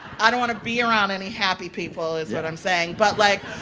i don't want to be around any happy people, is what i'm saying. but, like,